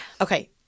okay